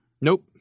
nope